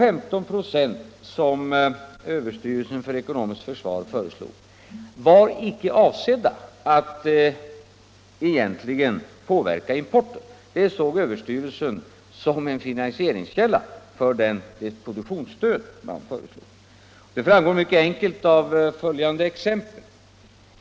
De 15 96 som överstyrelsen för ekonomiskt försvar föreslog var icke avsedda att egentligen påverka importen, utan dem såg överstyrelsen som en finansieringskälla för det produktionsstöd man föreslog. Detta framgår mycket klart av följande exempel.